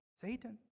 Satan